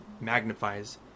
magnifies